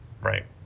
right